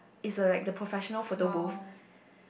is a like the professional photo booth